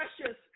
precious